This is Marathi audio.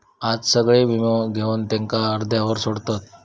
आज सगळे वीमो घेवन त्याका अर्ध्यावर सोडतत